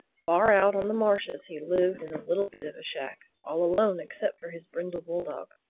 far out on the marshes he lived in a little bit of a shack all alone except for his brindle bulldog.